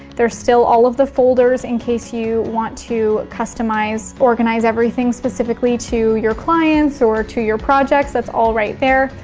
there's still all of the folders in case you want to customize, organize everything specifically to your clients or to your projects, that's all right there.